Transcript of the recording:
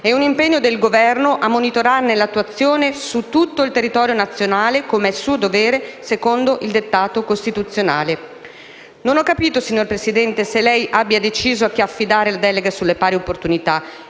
e un impegno del Governo a monitorarne l'attuazione su tutto il territorio nazionale, come è suo dovere secondo il dettato costituzionale. Non ho capito, signor Presidente, se lei abbia deciso a chi affidare le delega sulle pari opportunità;